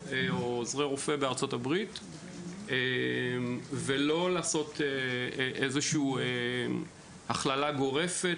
P.A עוזרי רופא בארצות הברית ולא לעשות הכללה גורפת.